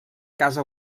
casa